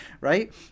right